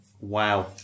wow